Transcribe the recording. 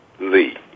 Lee